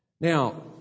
Now